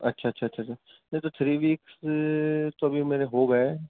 اچھا اچھا اچھا اچھا نہیں تو تھری ویکس تو ابھی میرے ہوگیے ہیں